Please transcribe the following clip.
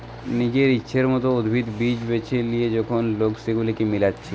নিজের ইচ্ছের মত উদ্ভিদ, বীজ বেছে লিয়ে যখন লোক সেগুলাকে মিলাচ্ছে